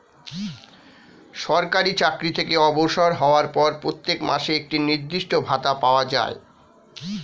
সরকারি চাকরি থেকে অবসর হওয়ার পর প্রত্যেক মাসে একটি নির্দিষ্ট ভাতা পাওয়া যায়